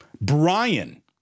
Brian